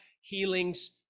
Healings